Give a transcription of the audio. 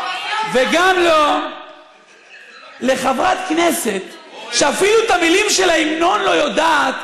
וגם לא לחברת כנסת שאפילו את המילים של ההמנון לא יודעת,